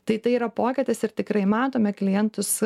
tai tai yra pokytis ir tikrai matome klientus